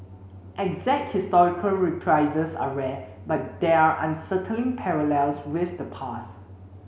exact historical reprises are rare but they're unsettling parallels with the past